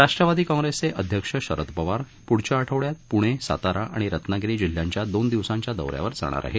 राष्ट्रवादी काँप्रेसचे अध्यक्ष शरद पवार पुढच्या आठवड्यात पुणे सातारा आणि रत्नागिरी जिल्ह्यांच्या दोन दिवसांच्या दौ यावर जाणार आहेत